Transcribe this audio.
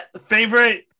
Favorite